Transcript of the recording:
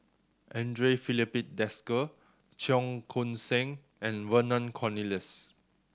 Andre Filipe Desker Cheong Koon Seng and Vernon Cornelius